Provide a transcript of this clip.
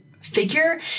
figure